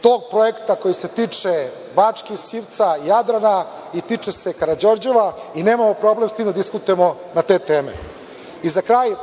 tog projekta koji se tiče Bačke, Sivca, Jadrana i tiče se Karađorđeva i nemamo problem sa tim da diskutujemo na te teme.I za kraj